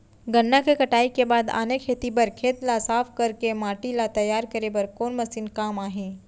गन्ना के कटाई के बाद आने खेती बर खेत ला साफ कर के माटी ला तैयार करे बर कोन मशीन काम आही?